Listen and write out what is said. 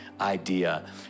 idea